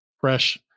fresh